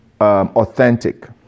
authentic